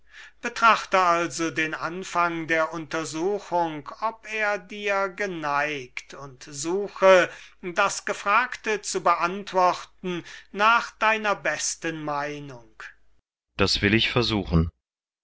betrachte also den anfang der untersuchung ob er dir genügt und suche das gefragte zu beantworten nach deiner besten meinung kriton das will ich versuchen